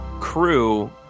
crew